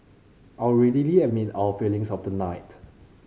I would readily admit our failings of the night